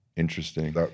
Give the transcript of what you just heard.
Interesting